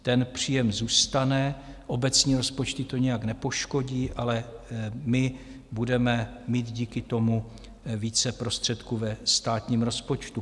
Ten příjem zůstane, obecní rozpočty to nijak nepoškodí, ale my budeme mít díky tomu více prostředků ve státním rozpočtu.